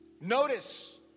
Notice